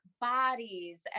bodies